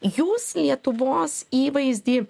jūs lietuvos įvaizdį